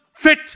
fit